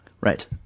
Right